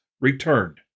returned